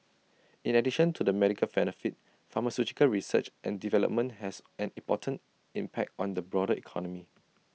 in addition to the medical benefit pharmaceutical research and development has an important impact on the broader economy